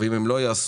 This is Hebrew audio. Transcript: ואם הם לא יעשו,